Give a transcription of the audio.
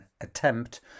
attempt